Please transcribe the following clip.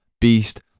Beast